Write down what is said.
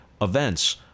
events